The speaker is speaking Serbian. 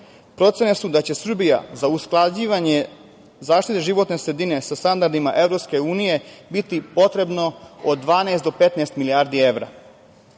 Procene će da će Srbija za usklađivanje zaštite životne sredine sa standardima EU biti potrebno od 12 do 15 milijardi evra.